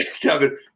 Kevin